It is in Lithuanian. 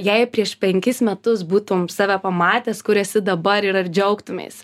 jei prieš penkis metus būtum save pamatęs kur esi dabar ir ar džiaugtumeis